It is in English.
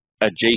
adjacent